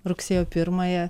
rugsėjo pirmąją